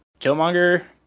Killmonger